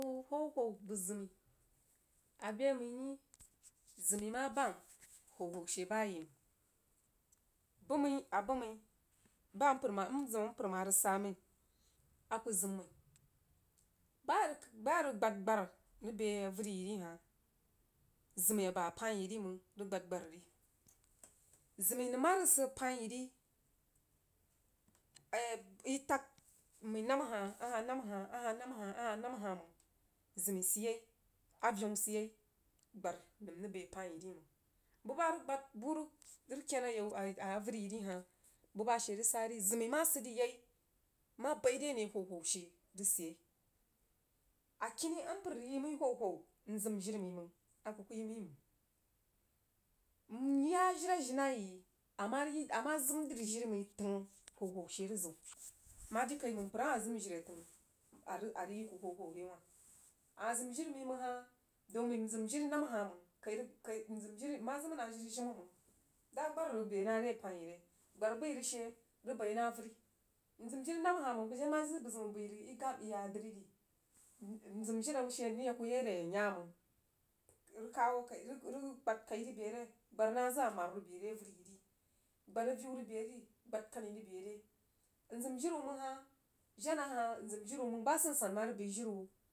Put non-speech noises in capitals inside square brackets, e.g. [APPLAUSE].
Bu hwo hwo bəg zimi'i. A be məi ri zimii ma bam hwohwo she ba yei məng bəg məi a bəg məi ba a zim a mpər ma rəg sa məi aka zim məi ba rəg ba rəg gbad gbar n rəg bəi a vəri yi ri hah zimi aba pain yi ri məng rəg gbad gbar ri zim nəm ma rəg sig painyiri [HESITATION] i tag yi ahah nabmahah a hah nabma hah ahah nabma hah məng. Zinii sid yei avean sid yei gbar nəm rəg bəi a pain yi ri məng bu sa rəg gbad bu rəg ken a [HESITATION] vəri yiri hah bu ba she rəg sari zimi ma sid dəi yei ma bai re ne hwohwo she rəg sid yei. A kini a mpər rəg yi məi hwohwo m zimjiri məi məng a bəg ku yi məiməng. N ya jiri ajinai yi ama ama zim dri jiri məng təng hwo hwo she rəg sidyei ma jiri kai məng mpərama zim jiri təng a rəg yi ku hwohwore. Azim jiri məi məng hah dau m məin zim jiri nabma kai rəg kai rəg mma zim na jiri jimən məng re gbar rəg bəi na ri a pain yi re? Gbar bəi rəg she, rəg bai na avəri n zim jiri nabma hah məng, bəg ma jen zəg bəzəunbəi rəg igab iya dri ri n zim jiri məng she nya kuyari n ya məng irəg kawo kai rəg gbad ka rəg be ren gbad na zəg amaru rəg be re gba aviu rəg beri gbad kani rəg be re n zim jiri wu məng hah jena hah n zim jiri wu məng ba sansan kah ma rəg bəi jiri wu